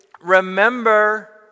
remember